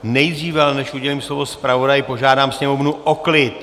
Nejdříve ale, než udělím slovo zpravodaji, požádám sněmovnu o klid.